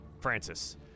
Francis